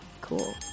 cool